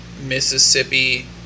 Mississippi